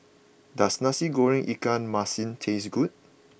does Nasi Goreng Ikan Masin taste good